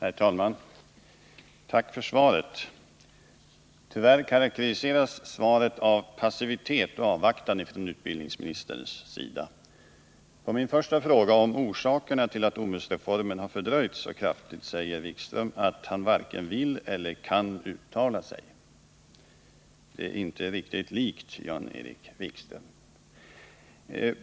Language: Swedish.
Herr talman! Tack för svaret. Tyvärr karakteriseras svaret av passivitet och avvaktan från utbildningsministerns sida. På min första fråga om orsakerna till att OMUS-reformen har fördröjts så kraftigt säger herr Wikström att han varken vill eller kan uttala sig om det. Det är inte riktigt likt Jan-Erik Wikström.